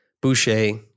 Boucher